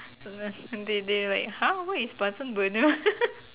uh they they like !huh! what is bunsen burner